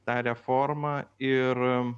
tą reformą ir